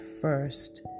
first